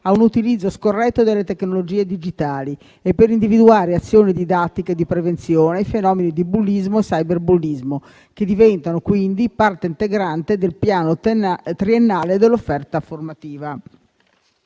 a un utilizzo scorretto delle tecnologie digitali e per individuare azioni didattiche di prevenzione ai fenomeni di bullismo e cyberbullismo, che diventano quindi parte integrante del Piano triennale dell'offerta formativa.